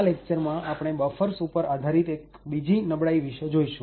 આ લેક્ચરમાં આપણે બફર્સ ઉપર આધારિત બીજી એક નબળાઈ વિશે જોઈશું